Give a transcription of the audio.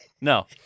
No